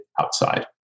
outside